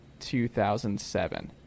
2007